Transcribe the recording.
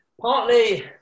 Partly